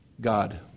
God